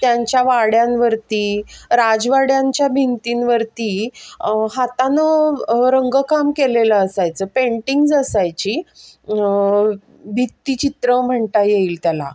त्यांच्या वाड्यांवरती राजवाड्यांच्या भिंतींवरती हातानं रंगकाम केलेलं असायचं पेंटिंग्ज असायची भित्तीचित्र म्हणता येईल त्याला